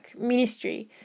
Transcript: ministry